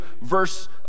verse